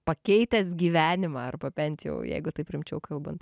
pakeitęs gyvenimą arba bent jau jeigu taip rimčiau kalbant